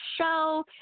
show